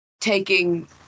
taking